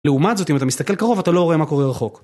לעומת זאת אם אתה מסתכל קרוב אתה לא רואה מה קורה רחוק